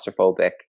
claustrophobic